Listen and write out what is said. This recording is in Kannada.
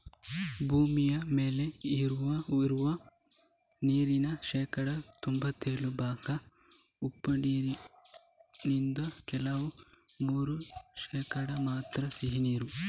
ಭೂಮಿ ಮೇಲೆ ಇರುವ ನೀರಿನಲ್ಲಿ ಶೇಕಡಾ ತೊಂಭತ್ತೇಳು ಭಾಗ ಉಪ್ಪು ನೀರಿದ್ದು ಕೇವಲ ಮೂರು ಶೇಕಡಾ ಮಾತ್ರ ಸಿಹಿ ನೀರು